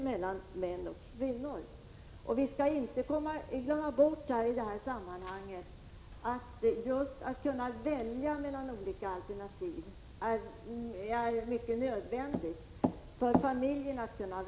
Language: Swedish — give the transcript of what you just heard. I detta sammanhang skall vi inte glömma bort att det är mycket viktigt för familjerna att kunna välja mellan olika alternativ.